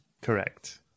Correct